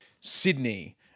Sydney